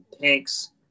tanks